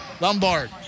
Lombard